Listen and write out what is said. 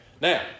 Now